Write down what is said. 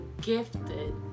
gifted